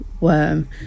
worm